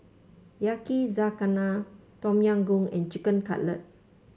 Yakizakana Tom Yam Goong and Chicken Cutlet